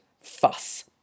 fuss